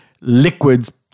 liquid's